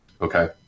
Okay